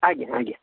ଆଜ୍ଞା ଆଜ୍ଞା